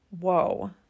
Whoa